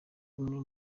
kumwe